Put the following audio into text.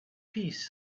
piece